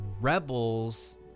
rebels